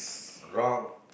wrong